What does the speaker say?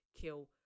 kill